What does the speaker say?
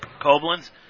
Koblenz